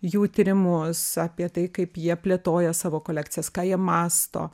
jų tyrimus apie tai kaip jie plėtoja savo kolekcijas ką jie mąsto